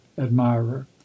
admirer